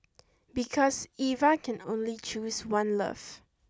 because Eva can only choose one love